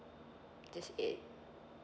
this aid